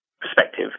perspective